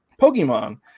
pokemon